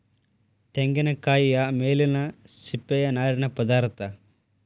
ತೆಂಗಿನಕಾಯಿಯ ಮೇಲಿನ ಸಿಪ್ಪೆಯ ನಾರಿನ ಪದಾರ್ಥ